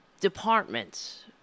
Departments